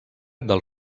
del